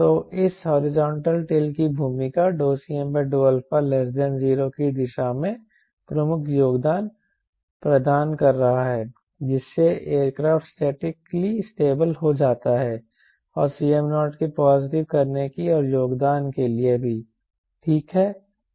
तो इस horizontal tail की भूमिका Cm∂α0 की दिशा में प्रमुख योगदान प्रदान करना है जिससे एयरक्राफ्ट स्टैटिकली स्टेबल हो जाता है और Cm0 को पॉजिटिव करने की ओर योगदान के लिए भी ठीक है